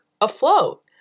afloat